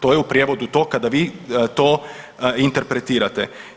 To je u prijevodu to kada vi to interpretirate.